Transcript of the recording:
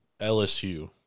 LSU